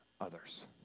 others